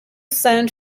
sound